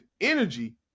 energy